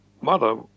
mother